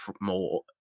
more